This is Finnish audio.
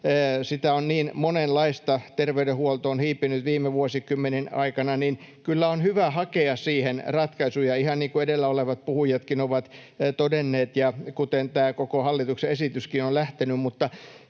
sitä on niin monenlaista terveydenhuoltoon hiipinyt viime vuosikymmenien aikana — on hyvä hakea ratkaisuja, ihan niin kuin edellä olevat puhujatkin ovat todenneet ja mistä tämä koko hallituksen esityskin on lähtenyt.